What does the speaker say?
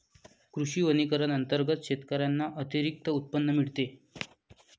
कृषी वनीकरण अंतर्गत शेतकऱ्यांना अतिरिक्त उत्पन्न मिळते